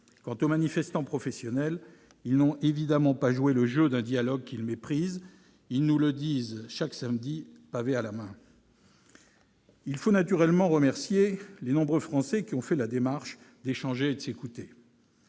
Quant aux manifestants « professionnels », ils n'ont évidemment pas joué le jeu d'un dialogue qu'ils méprisent. Ils nous le disent chaque samedi, pavé à la main ! Il faut naturellement remercier les nombreux Français qui ont fait la démarche d'échanger et de s'écouter.